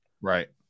right